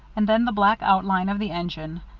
and then the black outline of the engine.